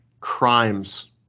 Crimes